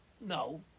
No